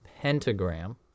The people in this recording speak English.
pentagram